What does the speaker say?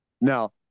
Now